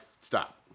stop